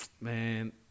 Man